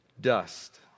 dust